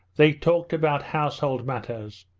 they talked about household matters.